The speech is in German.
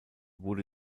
wurde